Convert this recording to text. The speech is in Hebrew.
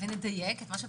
נדייק מה שפרופ'